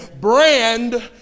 brand